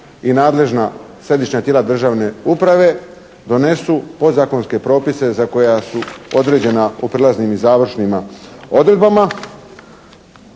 i nadležna središnja tijela državne uprave donesu podzakonske propise za koja su određena po prijelaznim i završnima odredbama.